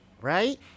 right